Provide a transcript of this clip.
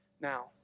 Now